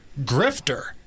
Grifter